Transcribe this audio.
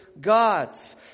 God's